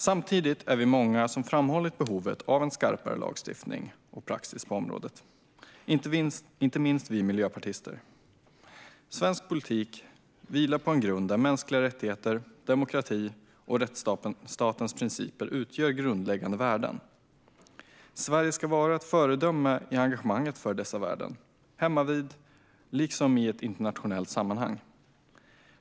Samtidigt är vi många som har framhållit behovet av en skarpare lagstiftning och praxis på området, inte minst vi miljöpartister. Svensk politik vilar på en grund där mänskliga rättigheter, demokrati och rättsstatens principer utgör grundläggande värden. Sverige ska vara ett föredöme i engagemanget för dessa värden, hemmavid liksom i ett internationellt sammanhang.